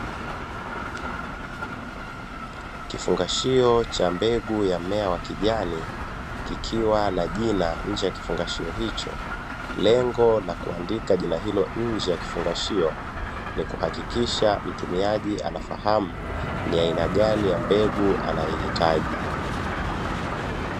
Kifungashio cha mbegu ya mmea wa kijani kikiwa na jina nje ya kifungashio hicho, lengo la kuandika jina hili nje ya kifungashio ni kuhakikisha mtumiaji anafahamu ni aina gani ya mbegu anayoihitaji.